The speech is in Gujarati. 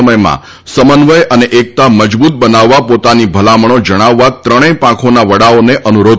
સમયમાં સમન્વય અને એકતા મજબુત બનાવવા પોતાની ભલામણો જણાવવા ત્રણેય પાંખોના વડાઓને અનુરોધ કર્યો છે